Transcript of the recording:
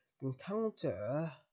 encounter